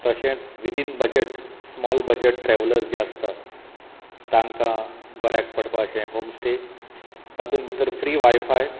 तशेंच विदीन budget small budget ट्रॅवलज जे आसता तांकां बऱ्याक पडपा अशें होम स्टे तातून भितर फ्री वाय फाय